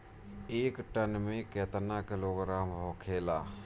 एक टन मे केतना किलोग्राम होखेला?